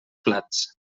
plats